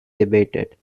debated